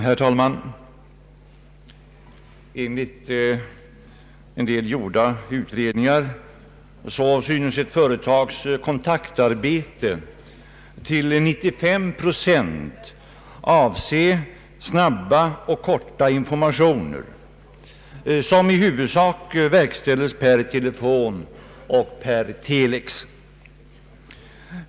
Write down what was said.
Herr talman! Enligt en del gjorda utredningar synes ett företags kontaktarbete till 95 procent avse snabba och korta informationer, som i huvudsak verkställs per telefon och per telex.